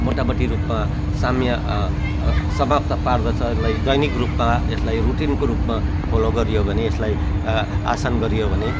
मोटामोटी रूपमा साम्य समाप्त पार्दछ यसलाई दैनिक रूपमा यसलाई रुटिनको रूपमा फलो गरियो भने यसलाई आसन गरियो भने